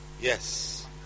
Yes